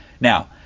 Now